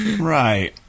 Right